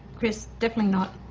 chris, definitely not.